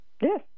Yes